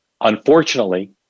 unfortunately